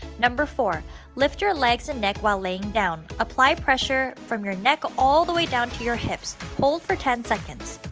number four, lift your legs and neck while laying down. apply pressure from your neck all the way down to your hips. hold for ten seconds.